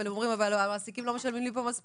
אבל הם אומרים - המעסיקים לא משלמים לי פה מספיק,